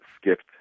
skipped